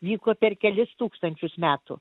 vyko per kelis tūkstančius metų